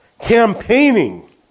campaigning